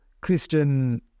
Christian